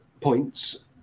points